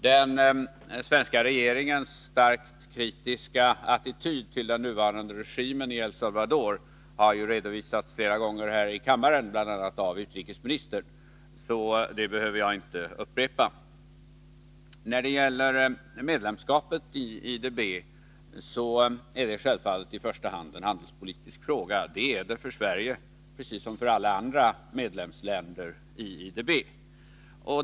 Herr talman! Den svenska regeringens starkt kritiska attityd till den nuvarande regimen i El Salvador har ju redovisats flera gånger här i kammaren, bl.a. av utrikesministern, så det behöver jag inte upprepa. Medlemskapet i IDB är självfallet i första hand en handelspolitisk fråga — för Sverige precis som för alla andra medlemsländer i IDB.